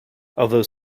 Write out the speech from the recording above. although